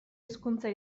hizkuntza